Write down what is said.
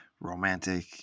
romantic